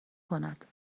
کند